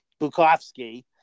Bukowski